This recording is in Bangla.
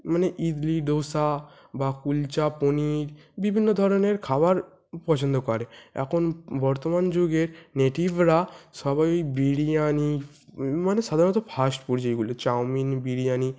মানে ইডলি দোসা বা কুলচা পনির বিভিন্ন ধরনের খাবার পছন্দ করে এখন বর্তমান যুগের নেটিভরা সবাই বিরিয়ানি মানে সাধারণত ফাস্ট ফুড যেইগুলো চাউমিন বিরিয়ানি